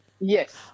yes